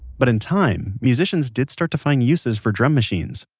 but in time, musicians did start to find uses for drum machines.